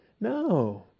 No